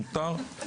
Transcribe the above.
מותר.